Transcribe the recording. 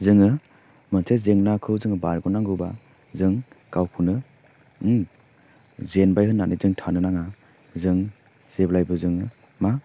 जोङो मोनसे जेंनाखौ जोङो बारग' नांगौबा जों गावखौनो जेनबाय होन्नानै जों थानो नाङा जों जेब्लायबो जोङो मा